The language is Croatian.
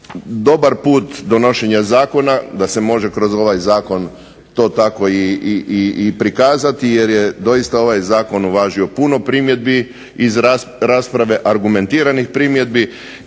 dobar put donošenja zakona da se može kroz ovaj zakon to tako i prikazati jer je doista ovaj zakon uvažio puno primjedbi iz rasprave, argumentiranih primjedbi